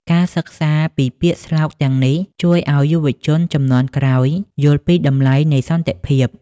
ការសិក្សាពីពាក្យស្លោកទាំងនេះ ជួយឱ្យយុវជនជំនាន់ក្រោយយល់ពីតម្លៃនៃសន្តិភាព។